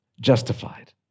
justified